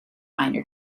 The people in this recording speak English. minor